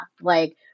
Like-